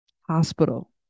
Hospital